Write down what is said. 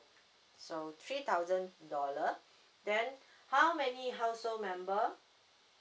so three thousand dollar then how many household member